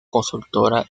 consultora